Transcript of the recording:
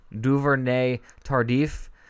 Duvernay-Tardif